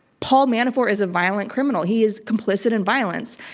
paul manafort is a violent criminal. he is complicit in violence.